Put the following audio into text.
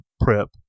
prep